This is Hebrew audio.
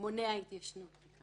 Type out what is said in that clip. מונעים התיישנות.